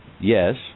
Yes